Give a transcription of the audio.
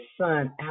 son